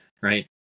right